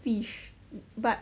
fish but